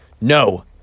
no